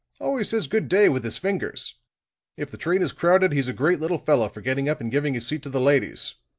always says good day with his fingers if the train is crowded, he's a great little fellow for getting up and giving his seat to the ladies.